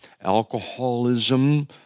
alcoholism